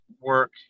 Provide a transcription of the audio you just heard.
work